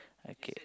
okay